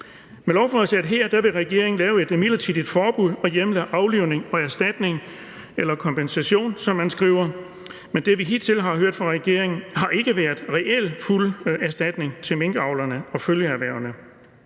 Med lovforslaget her vil regeringen lave et midlertidigt forbud, hjemle aflivning og erstatning – eller kompensation, som man skriver. Men det, vi hidtil har hørt fra regeringen, har ikke været reel fuld erstatning til minkavlerne og følgeerhvervene.